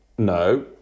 No